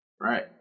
right